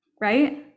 right